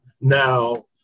now